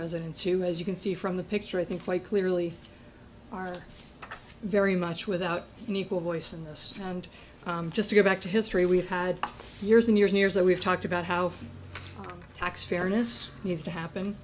residents who as you can see from the picture i think quite clearly are very much without an equal voice in this and just to go back to history we've had years and years and years that we've talked about how tax fairness needs to happen